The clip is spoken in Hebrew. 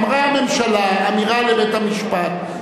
אמרה הממשלה אמירה לבית-המשפט.